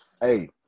hey